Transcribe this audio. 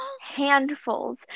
handfuls